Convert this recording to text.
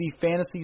Fantasy